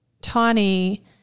Tawny